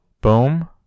Boom